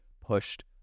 pushed